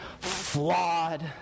flawed